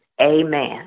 Amen